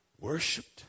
Worshipped